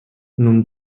nun